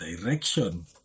direction